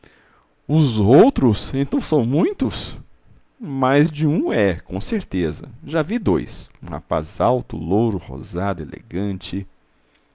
os outros então são muitos mais de um é com certeza já vi dois um rapaz alto louro rosado elegante